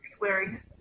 wearing